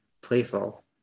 playful